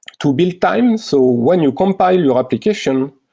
to build time. so when you compile your application,